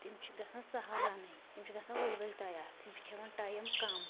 تِم چھِ گَژھان سہل رَنٕنۍ تِم چھِ گَژھان ؤلۍ ؤلۍ تَیار تِم چھِ کھیٚوان ٹایِم کَم